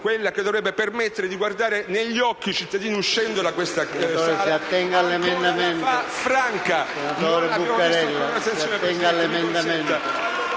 quella che dovrebbe permettere di guardare negli occhi i cittadini uscendo da quest'Aula,